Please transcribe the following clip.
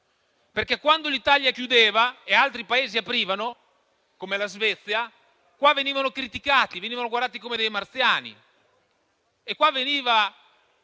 Quando l'Italia chiudeva e altri Paesi aprivano, come la Svezia, qua venivano criticati e venivano guardati come dei marziani. Venivano